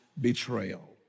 betrayal